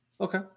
okay